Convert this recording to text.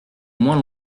moins